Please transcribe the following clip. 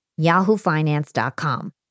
yahoofinance.com